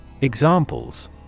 Examples